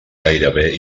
gairebé